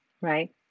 Right